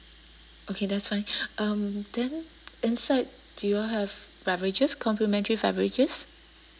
okay that's fine um then inside do you all have beverages complimentary beverages